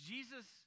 Jesus